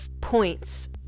points